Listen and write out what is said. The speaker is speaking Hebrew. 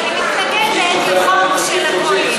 אני מתנגדת לחוק של הקואליציה,